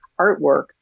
artwork